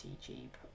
cheap